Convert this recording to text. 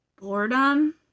boredom